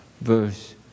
verse